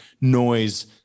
noise